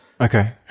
Okay